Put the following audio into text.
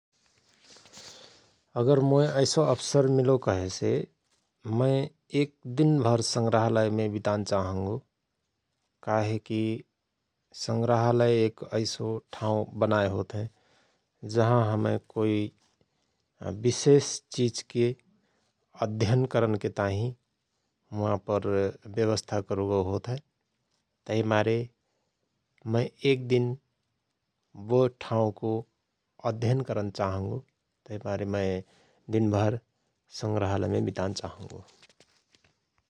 अगर मोय ऐसो अवसर मिलो कहेसे मय एक दिन भर संग्राहलयमे वितान चाहंगो । काहेकि संग्राहलय एक ऐसो ठाउँ बनाए होत हयं जहाँ हमय कोइ विशेष चिझके अध्ययन करनके ताहिँ हुआंपर व्यवस्था करोगओ होत हय । तहि मारे मए एक दिन बो ठाउँको अध्ययन करन चाहंगो । तहिमारे मय दिन भर संग्राहलयमे वितान चाहंगो ।